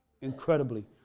Incredibly